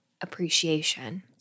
appreciation